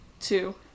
two